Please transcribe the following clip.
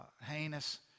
heinous